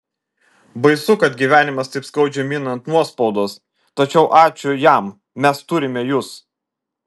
baisu kad gyvenimas taip skaudžiai mina ant nuospaudos tačiau ačiū jam mes turime jus